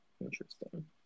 Interesting